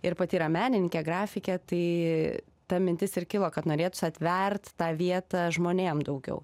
ir pati yra menininkė grafikė tai ta mintis ir kilo kad norėtūsi atvert tą vietą žmonėm daugiau